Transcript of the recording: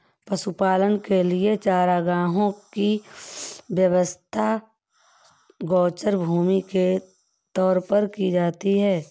पशुपालन के लिए चारागाहों की व्यवस्था गोचर भूमि के तौर पर की जाती है